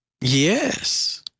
Yes